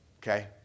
Okay